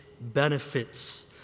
benefits